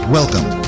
Welcome